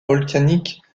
volcanique